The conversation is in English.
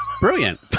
Brilliant